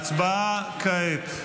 הצבעה כעת.